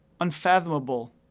unfathomable